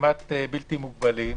כמעט בלתי מוגבלים,